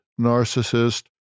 narcissist